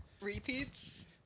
repeats